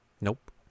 Nope